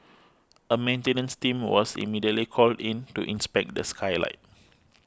a maintenance team was immediately called in to inspect the skylight